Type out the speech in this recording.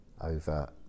over